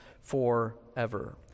forever